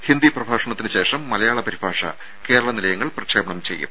ഹിന്ദി പ്രഭാഷണത്തിന് ശേഷം മലയാള പരിഭാഷ കേരള നിലയങ്ങൾ പ്രക്ഷേപണം ചെയ്യും